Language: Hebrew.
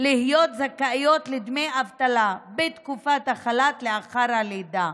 להיות זכאיות לדמי אבטלה בתקופת החל"ת לאחר הלידה,